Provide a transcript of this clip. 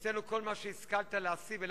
אצלנו כל מה שהשכלת להשיג ולהביא,